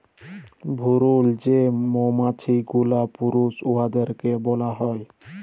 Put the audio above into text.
ভুরুল যে মমাছি গুলা পুরুষ উয়াদেরকে ব্যলা হ্যয়